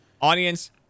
Audience